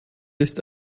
ist